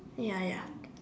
ya ya